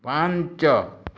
ପାଞ୍ଚ